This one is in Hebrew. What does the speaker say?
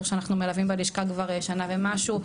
שאנחנו מלווים בלשכה כבר שנה ומשהו,